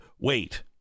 Wait